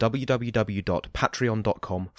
www.patreon.com